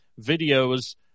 videos